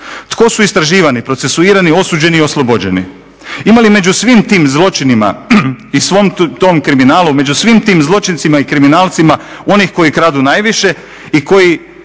Tko su istraživani, procesuirani, osuđeni i oslobođeni? Ima li među svim tim zločinima i svom tom kriminalu među svim tim zločincima i kriminalcima onih koji kradu najviše i koji